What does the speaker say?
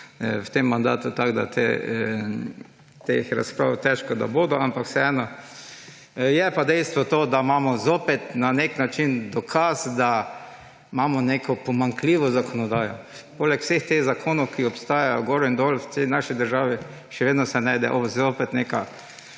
v tem mandatu, tako da te razprave težko, da bodo, ampak vseeno. Je pa dejstvo to, da imamo zopet na nek način dokaz, da imamo pomanjkljivo zakonodajo. Poleg vseh teh zakonov, ki obstajajo gori in doli v tej naši državi, se še vedno najde neka